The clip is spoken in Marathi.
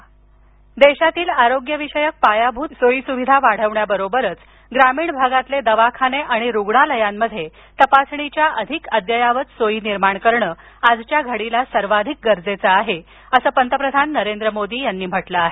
पंतप्रधान देशातील आरोग्यविषयक पायाभूत सोयीसुविधा वाढविण्याबरोबरच ग्रामीण भागातील दवाखाने आणि रुग्णालयांमध्ये तपासणीच्या अधिक अद्ययावत सोयी निर्माण करणं आजच्या घडीला सर्वाधिक गरजेचं आहे असं पंतप्रधान नरेंद्र मोदी यांनी म्हटलं आहे